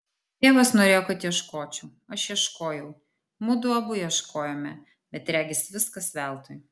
tėvas norėjo kad ieškočiau aš ieškojau mudu abu ieškojome bet regis viskas veltui